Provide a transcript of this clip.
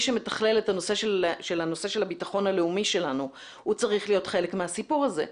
שמתכלל את הנושא של הביטחון הלאומי שלנו הוא צריך להיות חלק מהסיפור הזה.